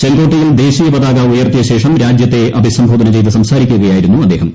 ചെങ്കോട്ടയിൽ ദേശീയ പതാക ഉയർത്തിയശേഷം രാജ്യത്തെ അഭിസംബോധന ചെയ്ത് സംസാരിക്കുകയായിരുന്നു അദ്ദേഹം